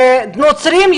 נוצרים,